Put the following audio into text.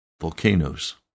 volcanoes